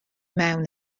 mewn